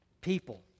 people